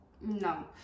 no